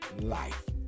life